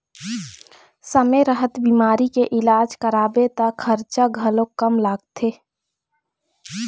समे रहत बिमारी के इलाज कराबे त खरचा घलोक कम लागथे